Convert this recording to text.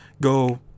go